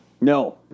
No